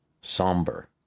Somber